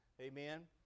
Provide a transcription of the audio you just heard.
Amen